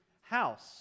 house